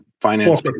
finance